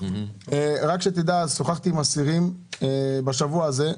רק שתדע, שוחחתי עם אסירים בשבוע הזה,